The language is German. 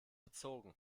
bezogen